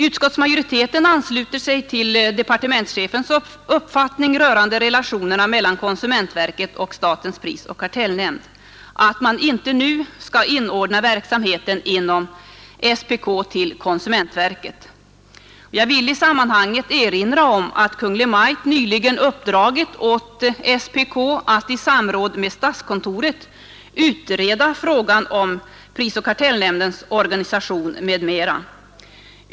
Utskottsmajoriteten ansluter sig till departementschefens uppfattning rörande relationerna mellan konsumentverket och statens prisoch kartellnämnd, innebärande att man inte nu skall inordna SPK:s verksamhet under konsumentverket. Jag vill i detta sammanhang erinra om att Kungl. Maj:t nyligen uppdragit åt SPK att i samråd med statskontoret utreda frågan om prisoch kartellnämndens organisation m.m.